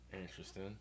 Interesting